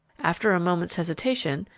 after a moment's hesitation,